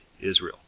Israel